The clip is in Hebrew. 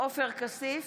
עופר כסיף,